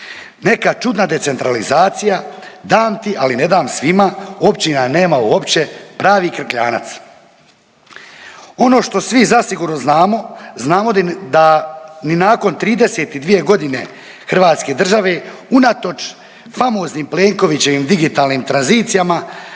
Neka čudna decentralizacija „dam ti, ali ne dam svima“, općina nema uopće, pravi krkljanac. Ono što svi zasigurno znamo, znamo da ni nakon 32 godine Hrvatske države unatoč famoznim Plenkovićevim digitalnim tranzicijama